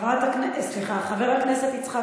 חברת הכנסת אורלי